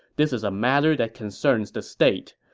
this is a matter that concerns the state.